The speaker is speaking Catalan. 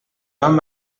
hom